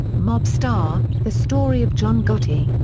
mob star the story of john gotti.